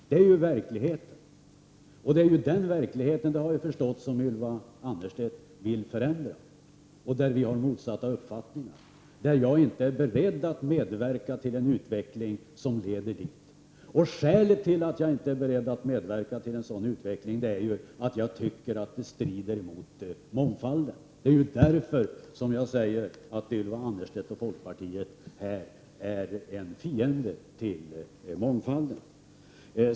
Detta är verkligheten. Det är den verkligheten, det har jag förstått, som Ylva Annerstedt vill förändra och där vi har motsatt uppfattning. Jag är inte beredd att medverka till en utveckling som leder dit. Skälet till att jag inte är beredd att medverka till en sådan utveckling är att jag tycker att det strider mot mångfalden. Det är därför som jag tycker att Ylva Annerstedt och folkpartiet är en fiende till mångfalden.